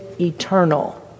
eternal